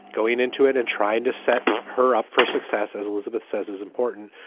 going into it and trying to set her up for success, as elizabeth says, is important.